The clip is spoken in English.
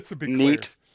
neat